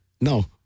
No